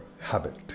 Habit